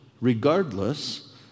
regardless